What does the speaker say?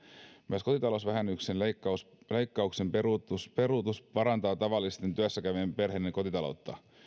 myös kotitalousvähennyksen leikkauksen peruutus peruutus parantaa tavallisten työssäkäyvien perheiden kotitaloutta